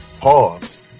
Pause